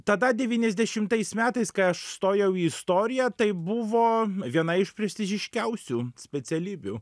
tada devyniasdešimtais metais kai aš stojau į istoriją tai buvo viena iš prestižiškiausių specialybių